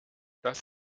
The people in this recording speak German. das